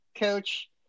Coach